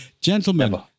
gentlemen